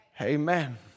Amen